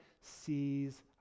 sees